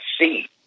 see